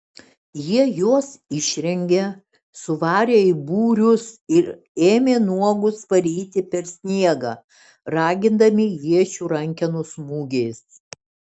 jie juos išrengė suvarė į būrius ir ėmė nuogus varyti per sniegą ragindami iečių rankenų smūgiais